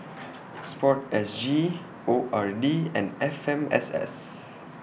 Sport S G O R D and F M S S